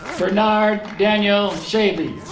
bernard daniel shalvey